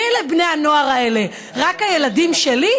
מי אלה בני הנוער האלה, רק הילדים שלי?